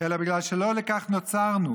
אלא בגלל שלא לכך נוצרנו.